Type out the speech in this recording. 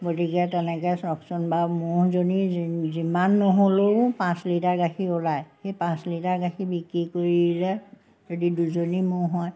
গতিকে তেনেকৈ চওকচন বাৰু ম'হজনীৰ যিমান নহ'লেও পাঁচ লিটাৰ গাখীৰ ওলায় সেই পাঁচ লিটাৰ গাখীৰ বিক্ৰী কৰিলে যদি দুজনী ম'হ হয়